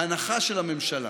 ההנחה של הממשלה